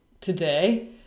today